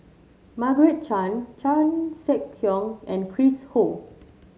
Margaret Chan Chan Sek Keong and Chris Ho